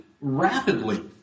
rapidly